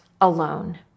alone